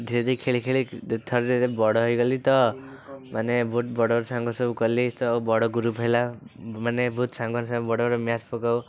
ଧୀରେ ଧୀରେ ଖେଳି ଖେଳି ଥରେ ବଡ଼ ହେଇଗଲି ତ ମାନେ ବହୁତ ବଡ଼ ବଡ଼ ସାଙ୍ଗ ସବୁ କଲି ତ ବଡ଼ ଗ୍ରୁପ୍ ହେଲା ମାନେ ବହୁତ ସାଙ୍ଗ ମାନଙ୍କ ସାଙ୍ଗେ ସବୁ ବଡ଼ ବଡ଼ ମ୍ୟାଚ୍ ପକାଉ